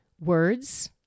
words